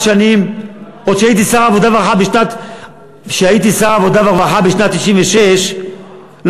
עוד כשהייתי שר העבודה והרווחה בשנת 1996 לא